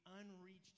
unreached